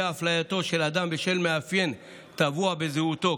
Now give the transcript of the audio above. אפלייתו של אדם בשל מאפיין טבוע בזהותו,